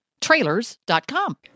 Trailers.com